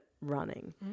running